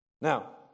Now